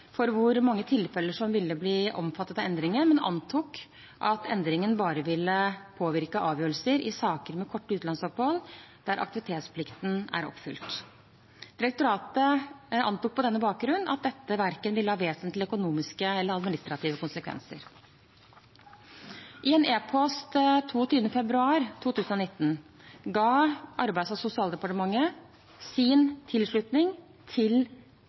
for hvor mange tilfeller som ville bli omfattet av endringen, men antok at endringen bare ville påvirke avgjørelser i saker med korte utenlandsopphold og der aktivitetsplikten er oppfylt. Direktoratet antok på denne bakgrunn at dette verken ville ha vesentlige økonomiske eller administrative konsekvenser. I en e-post av 22. februar 2019 ga Arbeids- og sosialdepartementet sin tilslutning til